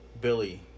Billy